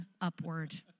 upward